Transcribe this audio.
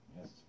Yes